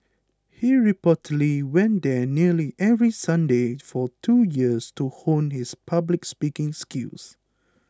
he reportedly went there nearly every Sunday for two years to hone his public speaking skills